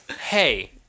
hey